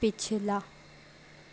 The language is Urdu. پچھلا